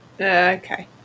Okay